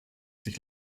sich